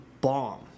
bomb